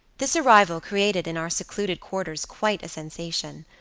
this arrival created in our secluded quarters quite a sensation.